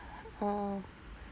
orh